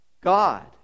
God